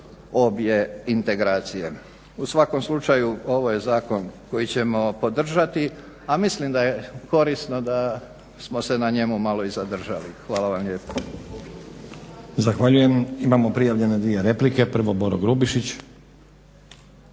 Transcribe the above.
obje integracije. U svakom slučaju ovo je zakon koji ćemo podržati, a mislim da je korisno da smo se na njemu malo i zadržali. Hvala vam lijepo. **Stazić, Nenad (SDP)** Zahvaljujem. Imamo prijavljene 2 replike. Prvo Boro Grubišić.